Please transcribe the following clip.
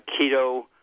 Keto